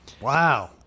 wow